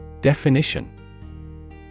Definition